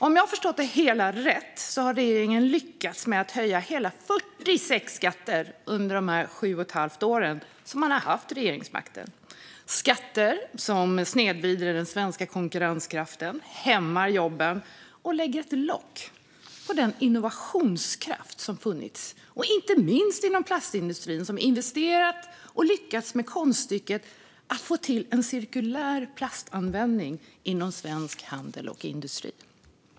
Om jag har förstått det hela rätt har regeringen lyckats med att höja hela 46 skatter under de sju och ett halvt år som man har haft regeringsmakten - skatter som snedvrider den svenska konkurrenskraften, hämmar jobben och lägger ett lock på den innovationskraft som har funnits. Inte minst har den funnits inom plastindustrin, som har investerat och lyckats med konststycket att få till en cirkulär plastanvändning inom svensk handel och industri.